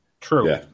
True